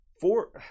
Four